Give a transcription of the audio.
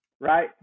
Right